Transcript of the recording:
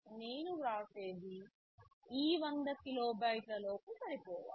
నేను వ్రాసేది ఈ 100 కిలోబైట్లలోపు సరిపోవాలి